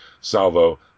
Salvo